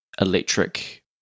electric